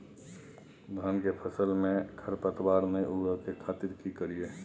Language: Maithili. धान के फसल में खरपतवार नय उगय के खातिर की करियै?